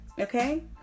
Okay